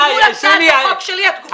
כי מול הצעת החוק שלי -- די,